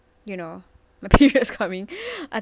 you know my period's coming